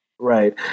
Right